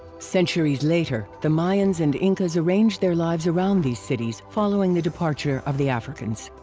centuries later, the mayans and incas arranged their lives around these cities following the departure of the africans.